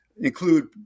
include